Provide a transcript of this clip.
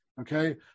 okay